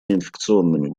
неинфекционными